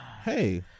Hey